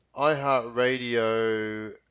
iHeartRadio